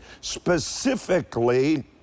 specifically